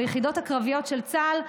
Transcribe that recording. ביחידות הקרביות של צה"ל,